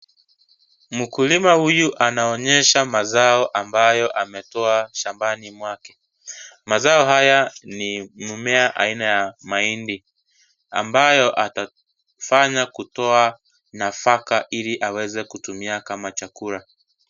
Mkulima huyu anaonyesha mazao ambayo ametoa shambani mwake. Mazao haya ni mmea aina ya mahindi, ambao atafanya kutoa nafaka ili aweze kutumia kama chakula.